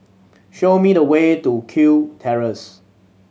show me the way to Kew Terrace